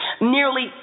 nearly